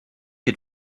had